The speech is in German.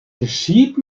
geschieht